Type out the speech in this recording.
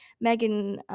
Megan